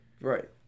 Right